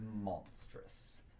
monstrous